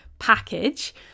Package